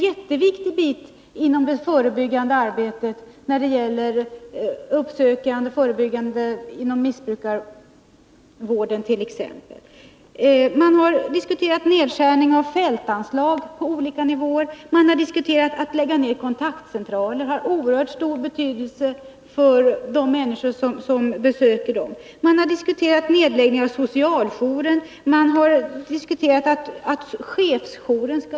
Uppsökande och förebyggande arbete är en jätteviktig bit inom t.ex. missbrukarvården. Man har diskuterat nedskärningar i fältanslag på olika nivåer och nedläggningar av kontaktcentraler, vilka har en oerhört stor betydelse för de människor som besöker dessa. Man har fört diskussioner om socialjouren skall läggas ned och chefsjouren utgå.